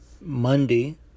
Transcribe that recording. Monday